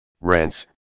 rents